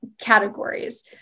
categories